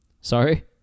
Sorry